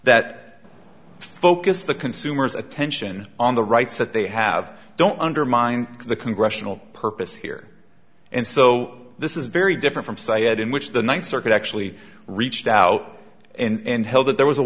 that focused the consumers attention on the rights that they have don't undermine the congressional purpose here and so this is very different from siad in which the ninth circuit actually reached out and held that there was a